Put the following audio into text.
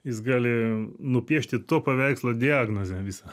jis gali nupiešti to paveikslo diagnozę visą